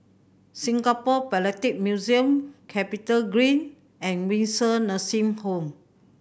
Singapore Philatelic Museum CapitaGreen and Windsor Nursing Home